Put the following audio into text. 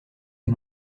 est